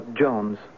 Jones